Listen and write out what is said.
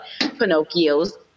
Pinocchio's